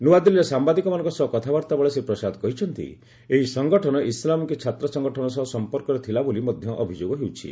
ନୂଆଦିଲ୍ଲୀରେ ସାମ୍ଭାଦିକମାନଙ୍କ ସହ କଥାବାର୍ତ୍ତାବେଳେ ଶ୍ରୀ ପ୍ରସାଦ କହିଛନ୍ତି ଏହି ସଙ୍ଗଠନ ଇସ୍ଲାମିକ୍ ଛାତ୍ର ସଙ୍ଗଠନ ସହ ସମ୍ପର୍କରେ ଥିଲା ବୋଲି ମଧ୍ୟ ଅଭିଯୋଗ ହେଉଛି